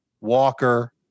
Walker